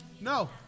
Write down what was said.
No